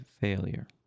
Failure